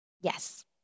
Yes